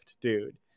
dude